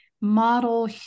model